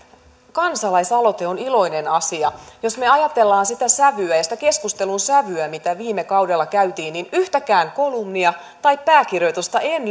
kansalaisaloite on iloinen asia jos me me ajattelemme sitä sävyä ja sitä keskustelun sävyä mitä viime kaudella käytiin niin yhtäkään kolumnia tai pääkirjoitusta en